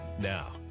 Now